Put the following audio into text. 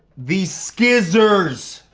these s-cissors.